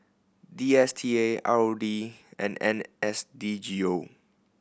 D S T A R O D and N S D G O